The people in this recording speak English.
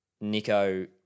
Nico